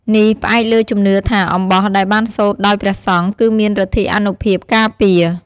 នេះផ្អែកលើជំនឿថា អំបោះដែលបានសូត្រដោយព្រះសង្ឃគឺមានឫទ្ធិអានុភាពការពារ។